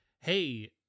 hey